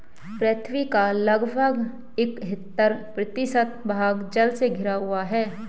पृथ्वी का लगभग इकहत्तर प्रतिशत भाग जल से घिरा हुआ है